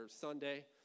Sunday